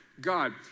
God